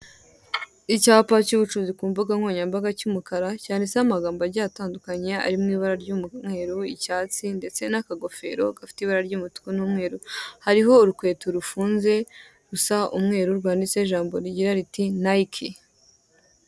Icyapa cy'ubucuruzi ku mbuga nkoranyambaga cy'umukara cyanditseho amagambo agiye atandukanye ari mu ibara ry'umweru, icyatsi ndetse n'akagofero gafite ibara ry'umutuku n'umweru, hariho urukweto rufunze rusa umweru rwanditseho ijambo rigira riti nayiki.